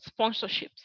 sponsorships